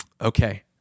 Okay